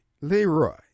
leroy